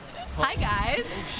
hi, guys.